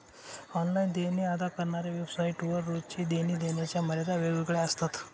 online देणे अदा करणाऱ्या वेबसाइट वर रोजची देणी देण्याच्या मर्यादा वेगवेगळ्या असतात